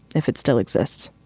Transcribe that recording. if it still exists,